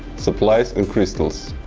supplies, and crystals.